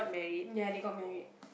ya they got married